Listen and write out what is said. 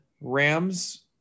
Rams